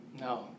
No